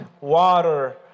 water